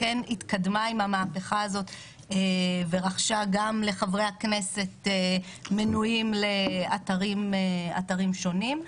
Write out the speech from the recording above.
שהכנסת רכשה לחברי הכנסת מנויים לאתרים שונים.